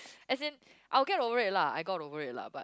as in I'll get over it lah I got over it lah but